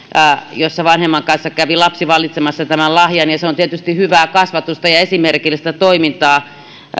kävi vanhemman kanssa valitsemassa lahjan se on tietysti hyvää kasvatusta ja esimerkillistä toimintaa